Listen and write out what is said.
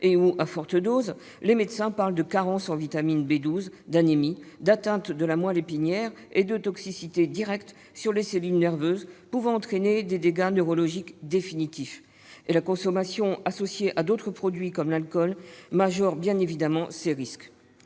et/ou à forte dose, les médecins parlent de carence en vitamine B12, d'anémie, d'atteinte de la moelle épinière et de toxicité directe sur les cellules nerveuses pouvant entraîner des dégâts neurologiques définitifs. La consommation associée à d'autres produits, comme l'alcool, majore bien évidemment ces risques.